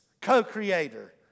Co-creator